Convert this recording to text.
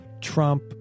Trump